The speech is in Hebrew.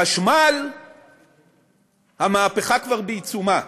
בחשמל המהפכה כבר בעיצומה.